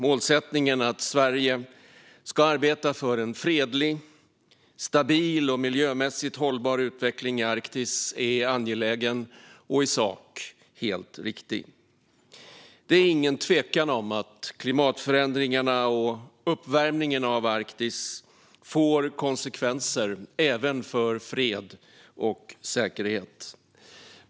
Målsättningen att Sverige ska arbeta för en fredlig, stabil och miljömässigt hållbar utveckling i Arktis är angelägen och i sak helt riktig. Det är ingen tvekan om att klimatförändringarna och uppvärmningen av Arktis får konsekvenser även för fred och säkerhet.